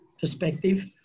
perspective